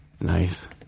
Nice